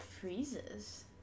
freezes